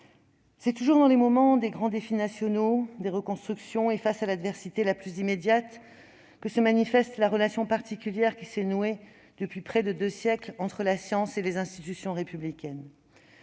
C'est toujours dans les moments de grands défis nationaux de reconstruction et face à l'adversité la plus immédiate que se manifeste la relation particulière qui s'est nouée depuis près de deux siècles entre la science et les institutions républicaines.